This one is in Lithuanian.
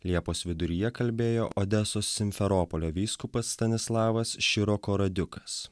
liepos viduryje kalbėjo odesos simferopolio vyskupas stanislavos